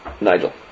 Nigel